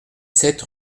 sept